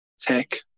tech